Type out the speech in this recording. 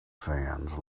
fans